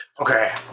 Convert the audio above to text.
Okay